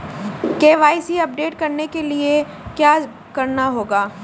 KYC update करने के लिए क्या करना होगा?